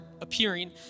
appearing